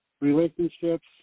relationships